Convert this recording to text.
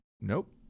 Nope